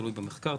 תלוי במחקר,